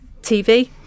TV